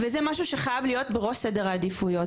וזה משהו שחייב להיות בראש סדר העדיפויות,